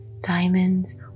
diamonds